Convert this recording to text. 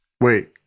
wait